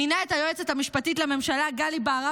מינה את היועצת המשפטית לממשלה גלי בהרב